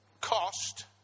cost